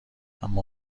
اما